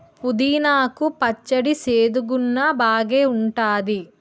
పుదీనా కు పచ్చడి సేదుగున్నా బాగేఉంటాది